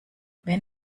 wenn